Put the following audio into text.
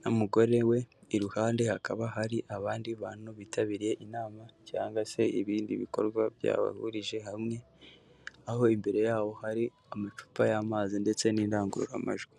n'umugore we iruhande hakaba hari abandi bantu bitabiriye inama cyangwa se ibindi bikorwa byabahurije hamwe aho imbere yabo hari amacupa y'amazi ndetse n'indangururamajwi.